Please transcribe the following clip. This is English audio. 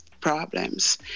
problems